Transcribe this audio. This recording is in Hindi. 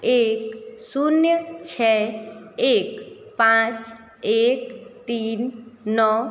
एक शून्य छः एक पाँच एक तीन नौ